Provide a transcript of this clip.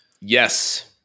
Yes